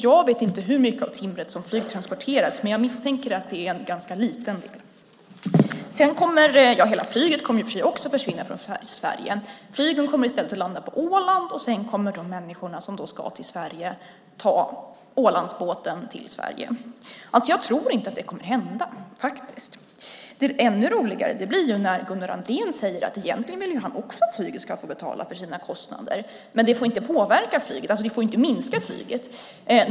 Jag vet inte hur mycket av timret som flygtransporteras, men jag misstänker att det är en ganska liten del. Hela flyget kommer också att försvinna från Sverige. Flygen kommer i stället att landa på Åland, och de människor som ska till Sverige kommer sedan att ta Ålandsbåten till Sverige. Jag tror faktiskt inte att det kommer att hända. Ännu roligare blir det när Gunnar Andrén säger att han egentligen också vill att flyget ska få betala för sina kostnader. Men det får inte påverka flyget. Det får alltså inte minska flyget.